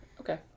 Okay